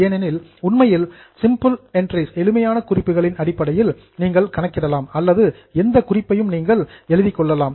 ஏனெனில் உண்மையில் simple entries எளிமையான குறிப்புகளின் அடிப்படையில் நீங்கள் கணக்கிடலாம் அல்லது எந்த ஒரு குறிப்பையும் நீங்கள் எழுதிக் கொள்ளலாம்